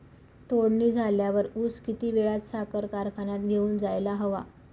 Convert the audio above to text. तोडणी झाल्यावर ऊस किती वेळात साखर कारखान्यात घेऊन जायला हवा?